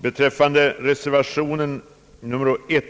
När det gäller reservationen nr 1